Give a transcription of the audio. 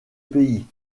pays